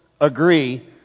agree